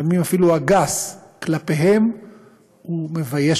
לפעמים אפילו הגס, כלפיהם, מבייש